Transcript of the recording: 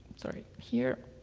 sorry, here.